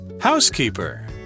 housekeeper